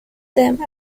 them